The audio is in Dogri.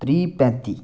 त्री पैंती